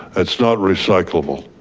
it's not recyclable?